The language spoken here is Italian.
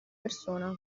persona